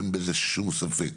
אין בזה שום ספק.